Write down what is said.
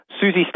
Susie